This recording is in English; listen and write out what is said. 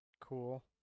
Cool